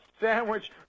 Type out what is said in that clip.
sandwich